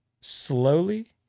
slowly